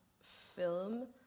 film